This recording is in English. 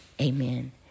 Amen